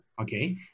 okay